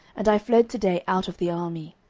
and i fled to day out of the army.